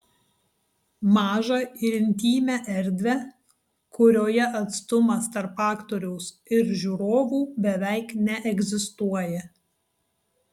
mažą ir intymią erdvę kurioje atstumas tarp aktoriaus ir žiūrovų beveik neegzistuoja